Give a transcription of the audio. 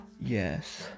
Yes